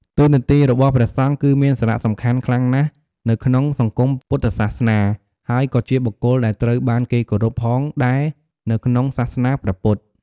តួនាទីរបស់ព្រះសង្ឃគឺមានសារៈសំខាន់ខ្លាំងណាស់នៅក្នុងសង្គមពុទ្ធសាសនា ហើយក៏ជាបុគ្គលដែលត្រូវបានគេគោរពផងដែរនៅក្នុងសាសនាព្រះពុទ្ធ។